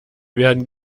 werden